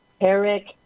Eric